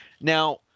Now